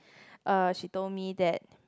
uh she told me that